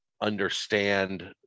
understand